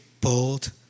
bold